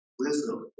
wisdom